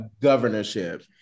governorship